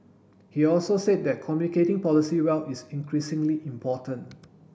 he also said that communicating policy well is increasingly important